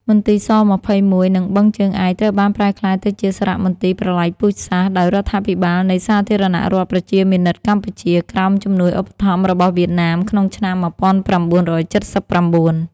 មន្ទីរ ស-២១ និង បឹងជើងឯក ត្រូវបានប្រែក្លាយទៅជាសារមន្ទីរប្រល័យពូជសាសន៍ដោយរដ្ឋាភិបាលនៃ សាធារណរដ្ឋប្រជាមានិតកម្ពុជា ក្រោមជំនួយឧបត្ថម្ភរបស់វៀតណាមក្នុងឆ្នាំ១៩៧៩ ។